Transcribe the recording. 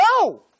no